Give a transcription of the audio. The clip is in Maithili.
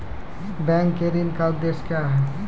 बैंक के ऋण का उद्देश्य क्या हैं?